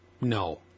No